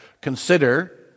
consider